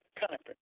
Conference